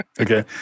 Okay